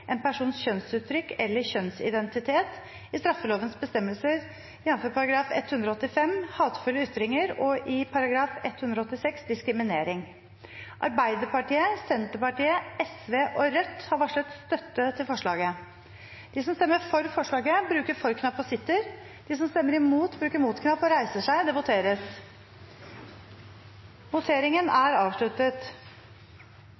en persons kjønnsuttrykk eller kjønnsidentitet" i straffelovens bestemmelser, jf. § 185. Hatefulle ytringer og § 186. Diskriminering.» Arbeiderpartiet, Senterpartiet, Sosialistisk Venstreparti og Rødt har varslet støtte til forslaget. I sakene nr. 11 og 12 foreligger det